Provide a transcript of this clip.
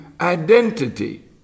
identity